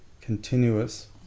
continuous